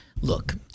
Look